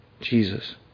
Jesus